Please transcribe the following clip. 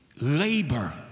labor